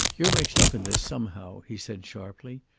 you're mixed up in this somehow, he said sharply.